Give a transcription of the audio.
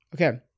okay